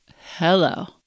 Hello